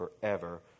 forever